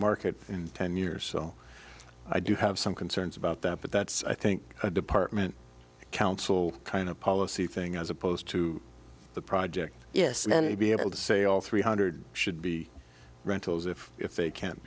market in ten years so i do have some concerns about that but that's i think a department counsel kind of policy thing as opposed to the project yes men may be able to say all three hundred should be rentals if if they can't